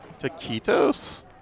Taquitos